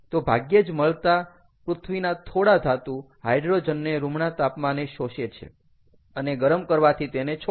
તો ભાગ્યે જ મળતા પૃથ્વીના થોડા ધાતુ હાઇડ્રોજનને રૂમના તાપમાને શોષે છે અને ગરમ કરવાથી તેને છોડે છે